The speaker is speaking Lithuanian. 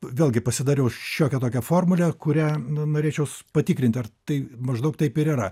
vėlgi pasidariau šiokią tokią formulę kurią na norėčiau patikrinti ar tai maždaug taip ir yra